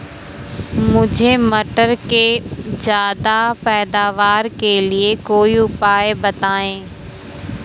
मुझे मटर के ज्यादा पैदावार के लिए कोई उपाय बताए?